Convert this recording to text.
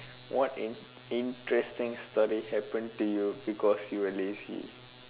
what in~ interesting stories happen to you because you were lazy